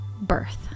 birth